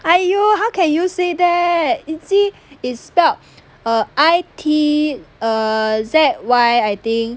!aiyo! how can you say that itzy is spelt err I T Z Y I think